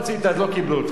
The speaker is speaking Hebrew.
אז לא קיבלו אותך, מה לעשות.